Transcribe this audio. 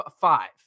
Five